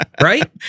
Right